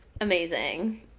Amazing